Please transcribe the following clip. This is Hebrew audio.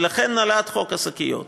ולכן נולד חוק השקיות.